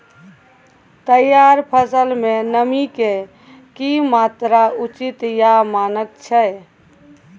तैयार फसल में नमी के की मात्रा उचित या मानक छै?